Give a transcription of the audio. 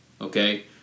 okay